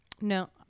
No